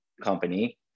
company